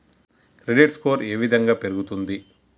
Credit score ఏ విధంగా పెరుగుతుంది?